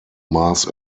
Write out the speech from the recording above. mars